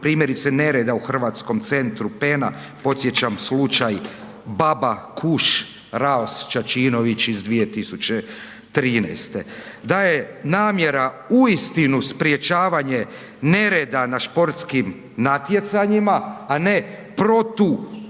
primjerice nereda u Hrvatskom centru PEN-a, podsjećam slučaj Baba, Kuš, Raos, Čačinović iz 2013. Da je namjera uistinu sprečavanje nereda na sportskim natjecanjima, a ne protuustavna